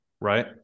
Right